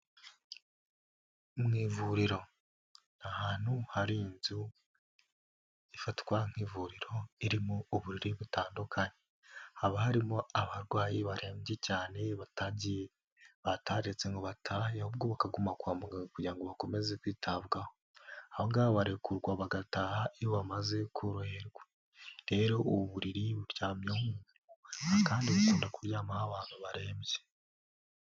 Mu ivuriro, ni ahantu hari inzu ifatwa nk'ivuriro, irimo uburiri butandukanye, haba harimo abarwayi barembye cyane, batagiye, bataretse ngo batahe ahubwo bakaguma kwa muganga kugira ngo bakomeze kwitabwaho, abo ngabo barekurwa bagataha iyo bamaze koroherwa, rero ubu buriri buryamyeho umuntu kandi bukunda kuryamaho abantu barembye.